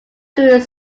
through